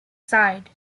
side